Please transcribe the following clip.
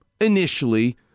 initially